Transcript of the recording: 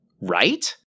Right